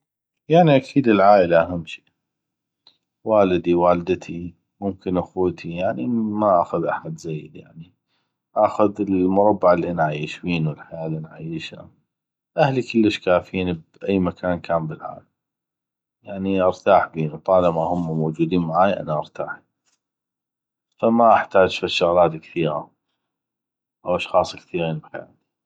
يعني اكيد العائله اهم شي والدي والدتي ممكن اخوتي يعني ما اخذ احد زيد اخذ المربع اللي انا عيش بينو الحياه اللي انا عيشه اهلي كلش كافين ب أي مكان كان بالعالم يعني ارتاح بينو طالما همه موجودين معاي انا ارتاح ف ما احتاج فد شغلات كثيغه أو اشخاص كثيغين بحياتي